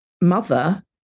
mother